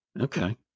Okay